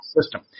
system